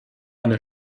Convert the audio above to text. eine